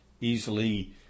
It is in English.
easily